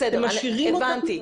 בסדר, הבנתי.